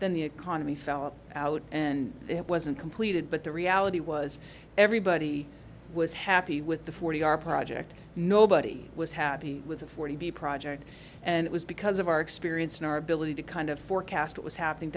then the economy fell out and it wasn't completed but the reality was everybody was happy with the forty our project nobody was happy with the forty b project and it was because of our experience in our ability to kind of forecast it was happening